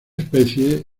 especie